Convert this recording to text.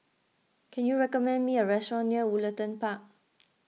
can you recommend me a restaurant near Woollerton Park